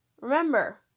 remember